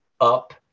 up